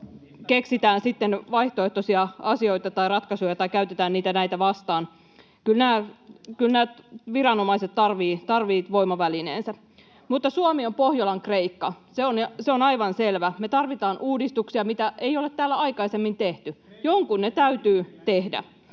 sitten vaihtoehtoisia asioita tai ratkaisuja tai käytetään niitä näitä vastaan. Kyllä nämä viranomaiset tarvitsevat voimavälineensä. Mutta Suomi on Pohjolan Kreikka. Se on aivan selvä. Me tarvitaan uudistuksia, mitä ei ole täällä aikaisemmin tehty. [Antti